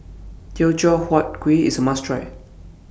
Teochew Huat Kuih IS A must Try